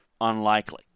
unlikely